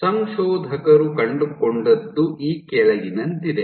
ಸಂಶೋಧಕರು ಕಂಡುಕೊಂಡದ್ದು ಈ ಕೆಳಗಿನಂತಿದೆ